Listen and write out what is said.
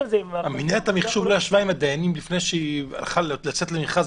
מנהלת המחשוב לא ישבה עם הדיונים לפני שהיא יצאה למכרז?